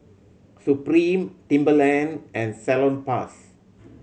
Supreme Timberland and Salonpas